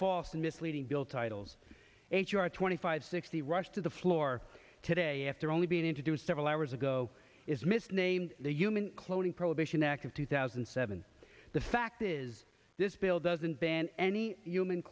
false misleading bill titles twenty five sixty rushed to the floor today after all being introduced several hours ago is misnamed the human cloning prohibition act of two thousand and seven the fact is this bill doesn't ban any human